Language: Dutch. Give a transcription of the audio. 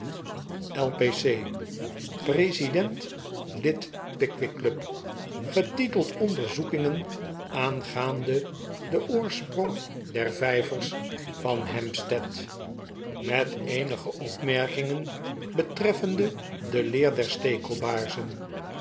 president lid pickwick club getiteld onderzoekingen aangaande den oorsprong der vijvers van hampstead met eenige opmerkingen betreffende de